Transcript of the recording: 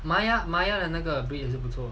maya maya 的那个 breed 也是不错